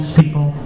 people